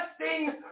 testing